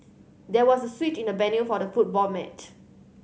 there was switch in the venue for the football match